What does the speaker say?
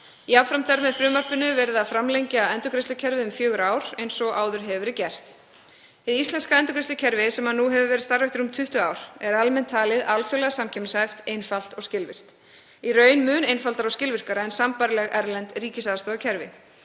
Jafnframt er með frumvarpinu verið að framlengja endurgreiðslukerfið um fjögur ár eins og áður hefur verið gert. Hið íslenska endurgreiðslukerfi sem nú hefur verið starfrækt í um 20 ár er almennt talið alþjóðlega samkeppnishæft, einfalt og skilvirkt, í raun mun einfaldara og skilvirkara en sambærileg erlend ríkisaðstoðarkerfi.